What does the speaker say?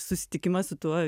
susitikimą su tuo